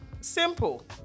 Simple